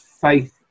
faith